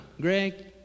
Greg